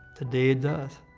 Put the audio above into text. today it does.